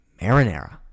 marinara